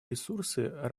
ресурсы